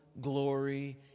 glory